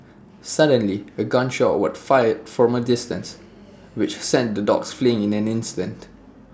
suddenly A gun shot was fired from A distance which sent the dogs fleeing in an instant